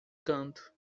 canto